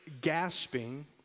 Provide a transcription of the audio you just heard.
gasping